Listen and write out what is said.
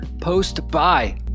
post-buy